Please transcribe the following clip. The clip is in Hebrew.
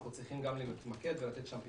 אנחנו צריכים להתמקד ולתת שם פתרונות.